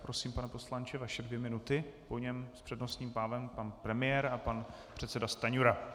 Prosím, pane poslanče, vaše dvě minuty, po něm s přednostním právem pan premiér a pan předseda Stanjura.